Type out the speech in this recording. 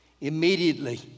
Immediately